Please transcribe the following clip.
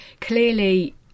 Clearly